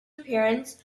appearance